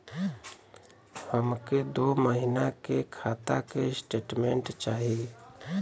हमके दो महीना के खाता के स्टेटमेंट चाही?